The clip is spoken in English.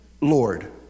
Lord